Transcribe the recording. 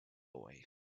boy